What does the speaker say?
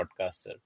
podcaster